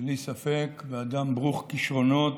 בלי ספק באדם ברוך כישרונות,